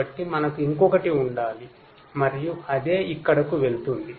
కాబట్టి మనకు ఇంకొకటి ఉండాలి మరియు అదే ఇక్కడకు వెళ్తుంది